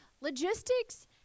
Logistics